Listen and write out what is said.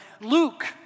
Luke